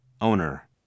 Owner